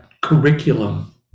curriculum